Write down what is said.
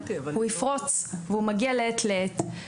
הוא יפרוץ, והוא מגיע מעת לעת.